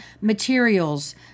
materials